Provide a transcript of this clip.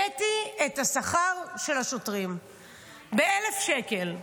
העליתי את השכר של השוטרים ב-1,000 שקל.